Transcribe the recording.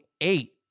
eight